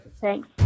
Thanks